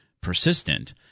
persistent